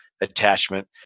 attachment